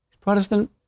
Protestant